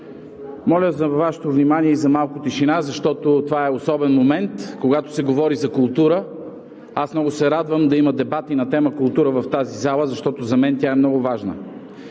Моля за Вашето внимание и за малко тишина, защото е особен момент, когато се говори за култура. Аз много се радвам да има дебати на тема „Култура“ в тази зала, защото за мен тя е много важна.